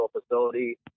facility